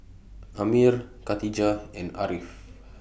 Ammir Katijah and Ariff